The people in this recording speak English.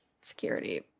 security